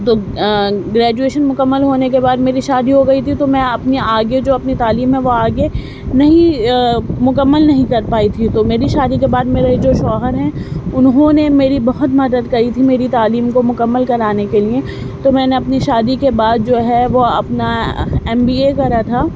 تو گریجویشن مکمل ہونے کے بعد میری شادی ہو گئی تھی تو میں اپنی آگے جو اپنی تعلیم ہے وہ آگے نہیں مکمل نہیں کر پائی تھی تو میری شادی کے بعد میرے جو شوہر ہیں انہوں نے میری بہت مدد کری تھی میری تعلیم کو مکمل کرانے کے لئے تو میں نے اپنی شادی کے بعد جو ہے وہ اپنا ایم بی اے کرا تھا